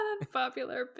unpopular